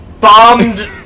bombed